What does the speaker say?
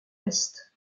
est